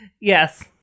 Yes